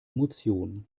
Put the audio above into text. emotion